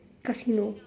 casino